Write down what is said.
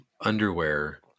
underwear